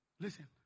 Listen